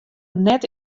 net